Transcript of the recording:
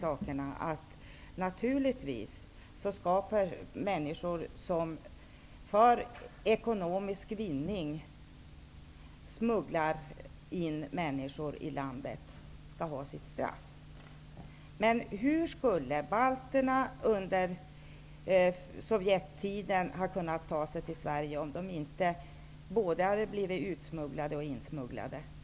Man måste hålla isär olika saker. Människor som för ekonomisk vinning smugglar in flyktingar i landet skall naturligtvis ha sitt straff. Hur skulle balterna under Sovjettiden ha kunnat ta sig till Sverige, om de inte hade blivit både utsmugglade och insmugglade?